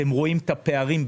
אתם רואים את הפערים.